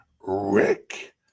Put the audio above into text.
Rick